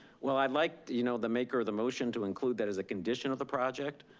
well, i'd like, you know, the maker of the motion to include that as a condition of the project.